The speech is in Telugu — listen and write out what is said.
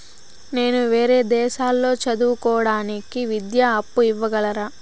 నేను వేరే దేశాల్లో చదువు కోవడానికి విద్యా అప్పు ఇవ్వగలరా?